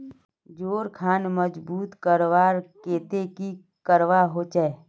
जोड़ खान मजबूत करवार केते की करवा होचए?